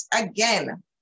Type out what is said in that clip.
again